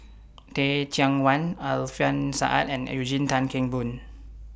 Teh Cheang Wan Alfian Sa'at and Eugene Tan Kheng Boon